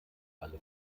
alle